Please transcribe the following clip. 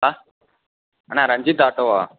Anna Ranjith ஆட்டோவா